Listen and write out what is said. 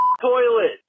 toilet